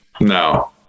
no